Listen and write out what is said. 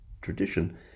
tradition